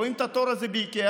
רואים את התור הזה באיקאה,